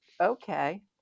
okay